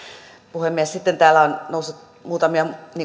puhemies sitten täällä on noussut muutamia